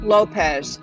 Lopez